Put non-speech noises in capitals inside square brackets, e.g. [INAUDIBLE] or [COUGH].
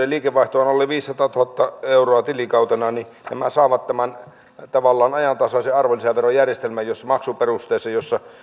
[UNINTELLIGIBLE] liikevaihto todellakin on alle viisisataatuhatta euroa tilikautena saavat tämän tavallaan ajantasaisen arvonlisäverojärjestelmän maksuperusteisen jossa